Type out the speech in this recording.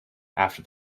after